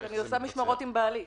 אני עושה משמרות עם בעלי.